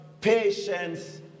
patience